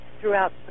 throughout